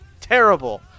terrible